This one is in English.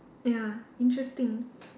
ya interesting